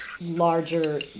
larger